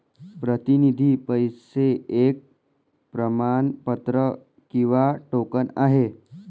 प्रतिनिधी पैसे एक प्रमाणपत्र किंवा टोकन आहे